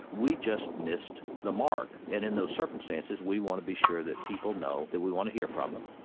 we just missed the mark, and in those circumstances we want to be sure that people know that we want to hear from them,